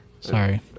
Sorry